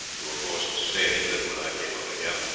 you were forced to stay in england when i came over here.